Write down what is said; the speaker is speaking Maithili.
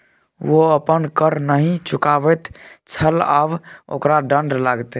ओ अपन कर नहि चुकाबैत छल आब ओकरा दण्ड लागतै